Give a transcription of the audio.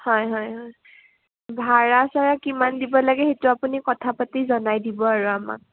হয় হয় হয় ভাড়া চাৰা কিমান দিব লাগে সেইটো আপুনি কথা পাতি জনাই দিব আৰু আমাক